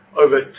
over